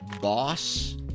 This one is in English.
Boss